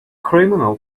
criminal